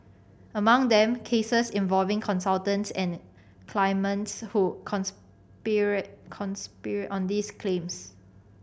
among them cases involving consultants and claimants who conspired conspired on these claims